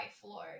floor